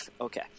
Okay